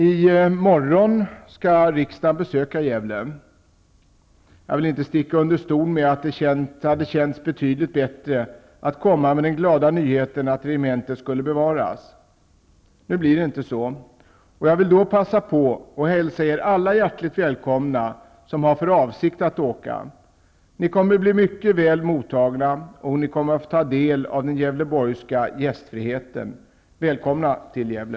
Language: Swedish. I morgon skall riksdagen besöka Gävle. Jag vill inte sticka under stol med att det hade känts betydligt bättre att komma med den glada nyheten att regementet skulle bevaras. Nu blir det inte så. Jag vill då passa på att hälsa er alla hjärtligt välkomna som har för avsikt att åka. Ni kommer att bli mycket väl mottagna, och ni kommer att få ta del av den gävleborgska gästfriheten. Välkomna till Gävle!